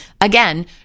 again